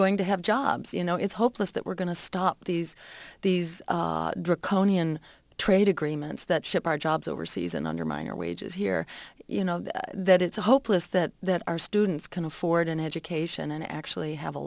going to have jobs you know it's hopeless that we're going to stop these these draconian trade agreements that ship our jobs overseas and undermine our wages here you know that it's a hopeless that our students can afford an education and actually have a